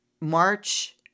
March